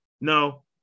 no